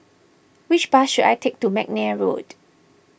which bus should I take to McNair Road